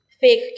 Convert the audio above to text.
fake